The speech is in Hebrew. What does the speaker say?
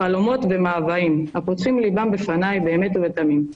חלומות ומאוויים הפותחים ליבם בפניי באמת ובתמים.